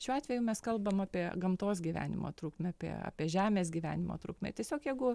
šiuo atveju mes kalbam apie gamtos gyvenimo trukmę apie apie žemės gyvenimo trukmę tiesiog jeigu